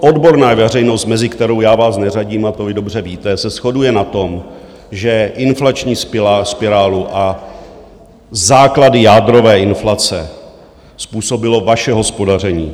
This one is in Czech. Odborná veřejnost, mezi kterou já vás neřadím a to vy dobře víte se shoduje na tom, že inflační spirálu a základy jádrové inflace způsobilo vaše hospodaření.